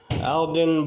Alden